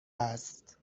است